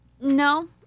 No